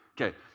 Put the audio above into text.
okay